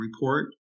report